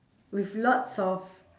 with lots of